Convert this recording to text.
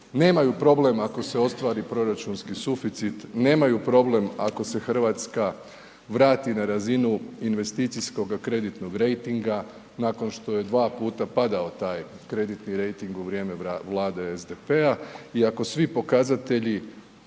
nemaju problem ako se ostvari proračunski suficit, nemaju problem ako se RH vrati na razinu investicijskoga kreditnog rejtinga nakon što je dva puta padao taj kreditni rejting u vrijeme Vlade SDP-a i ako svi pokazatelji